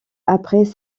après